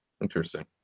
Interesting